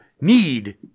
need